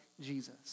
Jesus